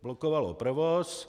Blokovalo provoz.